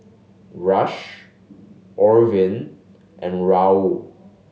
Rush Orvin and Raul